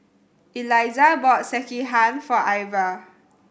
Eliza bought Sekihan for Ivah